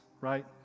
right